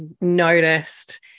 noticed